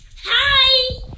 Hi